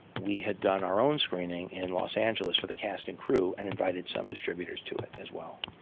we had done our own screening in los angeles for the cast and crew, and invited some distributors to it as well,